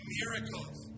miracles